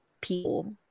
people